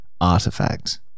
artifact